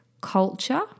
culture